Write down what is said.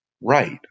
Right